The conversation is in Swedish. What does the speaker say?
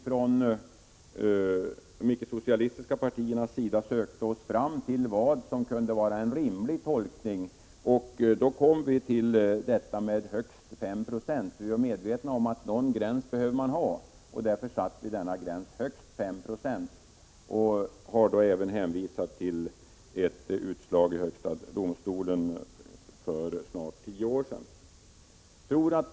Från de icke-socialistiska partiernas sida har vi sökt få fram vad som kunde vara en rimlig tolkning. Vi är medvetna om att någon gräns behöver man ha, och vi kom fram till högst 5 26. Vi har då även hänvisat till ett utslag i högsta domstolen för snart tio år sedan.